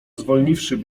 zwolniwszy